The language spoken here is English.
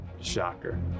Shocker